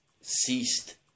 ceased